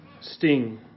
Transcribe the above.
sting